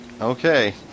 Okay